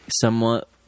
somewhat